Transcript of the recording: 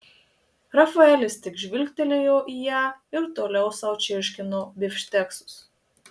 rafaelis tik žvilgtelėjo į ją ir toliau sau čirškino bifšteksus